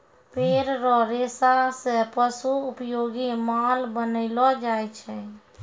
पेड़ रो रेशा से पशु उपयोगी माल बनैलो जाय छै